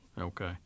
Okay